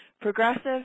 Progressive